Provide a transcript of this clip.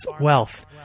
wealth